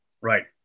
Right